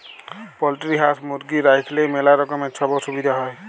poultry হাঁস, মুরগি রাইখলেই ম্যালা রকমের ছব অসুবিধা হ্যয়